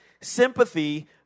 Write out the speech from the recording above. sympathy